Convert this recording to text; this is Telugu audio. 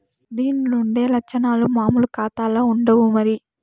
దీన్లుండే లచ్చనాలు మామూలు కాతాల్ల ఉండవు మరి